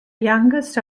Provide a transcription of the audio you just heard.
youngest